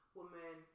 woman